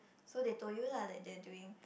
so they told you lah that they're doing